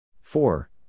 Four